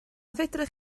fedrwch